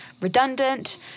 redundant